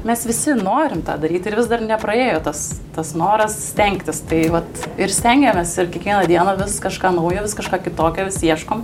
mes visi norim tą daryti ir vis dar nepraėjo tas tas noras stengtis tai vat ir stengiamės ir kiekvieną dieną vis kažką naujo vis kažką kitokio vis ieškom